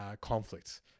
conflict